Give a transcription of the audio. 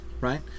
right